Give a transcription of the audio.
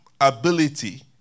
ability